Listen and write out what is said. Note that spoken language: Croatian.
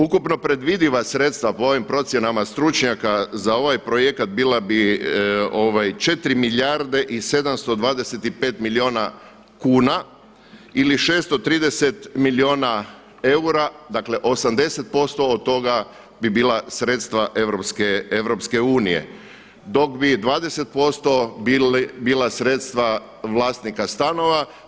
Ukupno predvidiva sredstva po ovim procjenama stručnjaka za ovaj projekat bila bi 4 milijarde i 725 milijuna kuna ili 630 milijuna eura, dakle 80% od toga bi bila sredstva EU dok bi 20% bila sredstva vlasnika stanova.